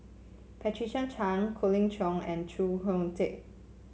Patricia Chan Colin Cheong and Khoo Oon Teik